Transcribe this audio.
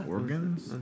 Organs